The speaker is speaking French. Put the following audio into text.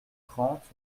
trente